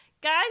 Guys